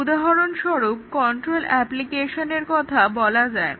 উদাহরণস্বরূপ কন্ট্রোল অ্যাপ্লিকেশনের কথা বলা যায়